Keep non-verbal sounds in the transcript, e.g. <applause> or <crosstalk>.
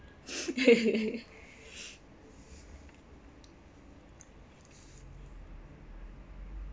<breath> <laughs>